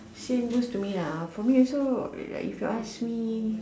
same goes to me for me also if you ask me